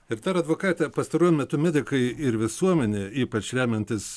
ir dar advokate pastaruoju metu medikai ir visuomenė ypač remiantis